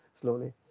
slowly